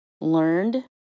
learned